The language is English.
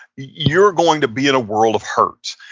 you're going to be in a world of hurt,